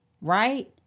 right